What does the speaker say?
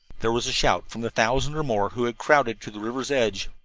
there was a shout from the thousand or more who had crowded to the river's edge,